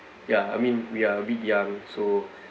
ya I mean we are a bit young so